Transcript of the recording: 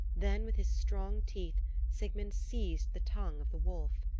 then, with his strong teeth sigmund seized the tongue of the wolf.